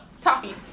Toffee